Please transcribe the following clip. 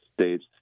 states